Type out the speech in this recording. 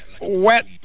wet